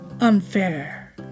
Unfair